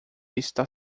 está